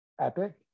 epic